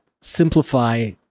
simplify